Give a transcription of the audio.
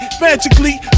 magically